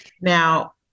Now